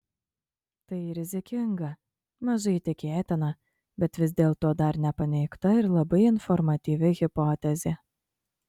tai rizikinga mažai tikėtina bet vis dėlto dar nepaneigta ir labai informatyvi hipotezė